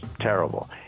terrible